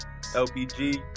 LPG